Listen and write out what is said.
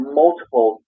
multiple